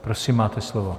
Prosím, máte slovo.